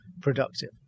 productive